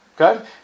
Okay